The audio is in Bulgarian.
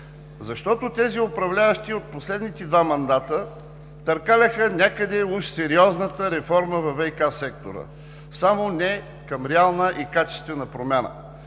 Защото тези управляващи, от последните два мандата, търкаляха някъде уж сериозната реформа във ВиК сектора, само не към реална и качествена промяна.